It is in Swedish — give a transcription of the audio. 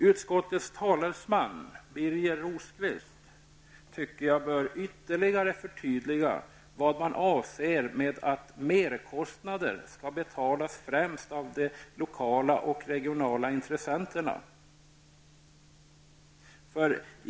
Utskottets talesman Birger Rosqvist tycker jag bör ytterligare förtydliga vad man avser med att merkostnader skall betalas främst av de lokala och regionala intressenterna.